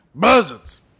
Buzzards